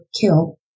Kill